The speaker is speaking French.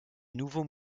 nouveaux